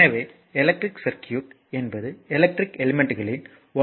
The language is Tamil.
எனவே எலக்ட்ரிக் சர்க்யூட் என்பது எலக்ட்ரிக் எலிமெண்ட்களின் ஒன்றோடொன்று